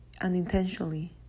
unintentionally